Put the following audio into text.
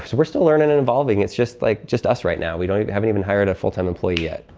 so we're still learning and evolving. it's just like, just us right now. we haven't even hired a full time employee yet.